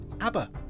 ABBA